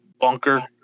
bunker